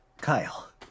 Kyle